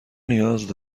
نیاز